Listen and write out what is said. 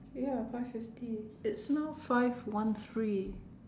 ya five fifty it's now five one three